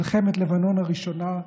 מלחמת לבנון הראשונה,